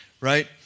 right